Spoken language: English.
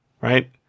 Right